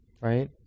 Right